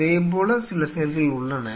அதேபோல சில செல்கள் உள்ளன